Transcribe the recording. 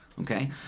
Okay